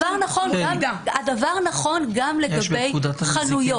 הדבר נכון גם לגבי חנויות.